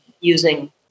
using